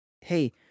hey